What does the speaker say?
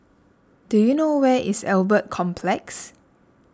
do you know where is Albert Complex